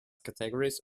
categories